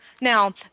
Now